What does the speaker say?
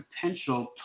potential